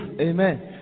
amen